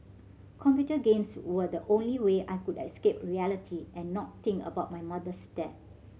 computer games were the only way I could escape reality and not think about my mother's death